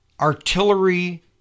artillery